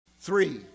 Three